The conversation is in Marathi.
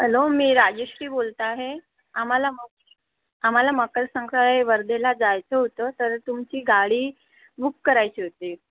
हॅलो मी राजेश्री बोलत आहे आम्हाला मक आम्हाला मकर संग्रहालय वर्धेला जायचं होतं तर तुमची गाडी बुक करायची होती